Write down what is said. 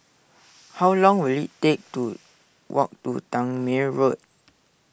how long will it take to walk to Tangmere Road